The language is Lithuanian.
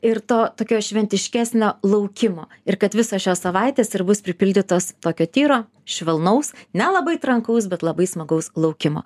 ir to tokio šventiškesnio laukimo ir kad visos šios savaitės ir bus pripildytos tokio tyro švelnaus nelabai trankaus bet labai smagaus laukimo